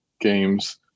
games